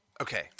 Okay